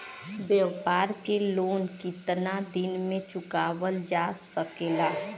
व्यापार के लोन कितना दिन मे चुकावल जा सकेला?